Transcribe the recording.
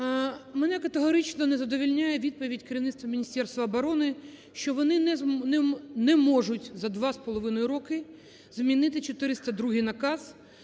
Мене категорично не задовольняє відповідь керівництва Міністерства оборони, що вони не можуть за 2,5 роки змінити 402 наказ,